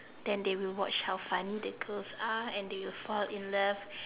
then they will watch how funny the girls are and they will fall in love